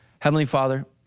heavenly father,